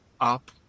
up